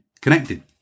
connected